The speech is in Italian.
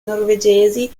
norvegesi